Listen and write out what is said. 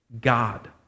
God